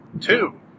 two